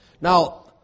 Now